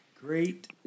Great